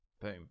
Boom